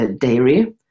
dairy